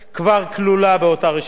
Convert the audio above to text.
כבר כלולה באותה רשימה.